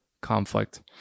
conflict